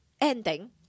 ending